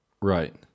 Right